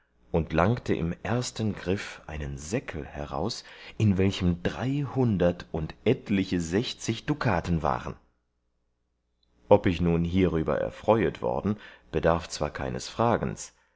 und langte im ersten griff einen säckel heraus in welchem dreihundert und etliche sechzig dukaten waren ob ich nun hierüber erfreuet worden bedarf zwar keines fragens